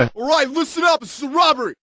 and alright listen up this